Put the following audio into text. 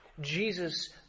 Jesus